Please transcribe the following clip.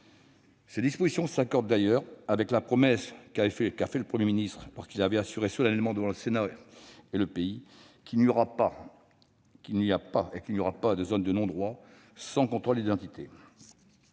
Ces dispositions s'accordent d'ailleurs avec la promesse qu'avait formulée le Premier ministre lorsqu'il avait assuré solennellement devant le Sénat et le pays qu'il n'y avait pas et qu'il n'y aurait pas de zone de non-droit sans contrôle d'identité.